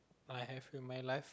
I have in my life